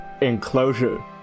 Enclosure